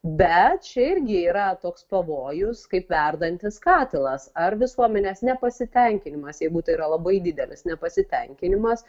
bet čia irgi yra toks pavojus kaip verdantis katilas ar visuomenės nepasitenkinimas jeigu tai yra labai didelis nepasitenkinimas